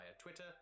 Twitter